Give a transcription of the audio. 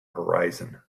horizon